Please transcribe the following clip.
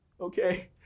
okay